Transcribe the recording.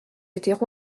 étaient